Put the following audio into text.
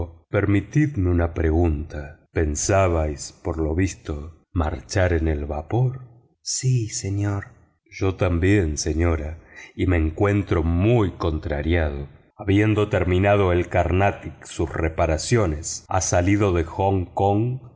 permitidme una pregunta pensábais por lo visto marchar en el vapor sí señor yo también señora y me encuentro muy contrariado habiendo terminado el carnatic sus reparaciones ha salido de hong kong